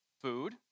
Food